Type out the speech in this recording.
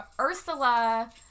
Ursula